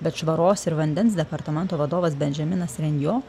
bet švaros ir vandens departamento vadovas bendžaminas renjo